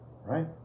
right